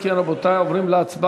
אם כן, רבותי, עוברים להצבעה.